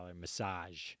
massage